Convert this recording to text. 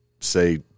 say